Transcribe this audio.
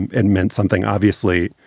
and and meant something, obviously,